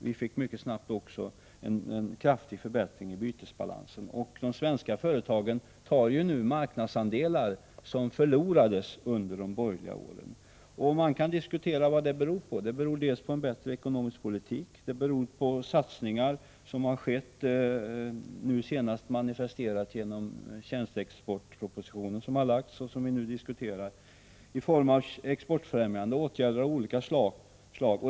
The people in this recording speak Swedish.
Vi fick mycket snabbt också en kraftig förbättring av bytesbalansen. De svenska företagen tar ju nu marknadsandelar som förlorades under de borgerliga åren. Man kan diskutera vad det beror på. Det beror för det första på en bättre ekonomisk politik och för det andra på satsningar som skett, nu senast manifesterat genom de exportfrämjande åtgärder av olika slag som föreslås i tjänsteexportpropositionen, som vi nu diskuterar.